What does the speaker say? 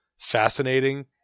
fascinating